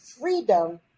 freedom